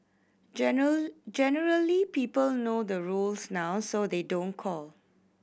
general generally people know the rules now so they don't call